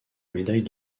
médaille